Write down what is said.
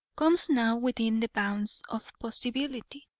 comes now within the bounds of possibility.